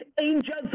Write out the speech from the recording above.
angels